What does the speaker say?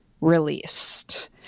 released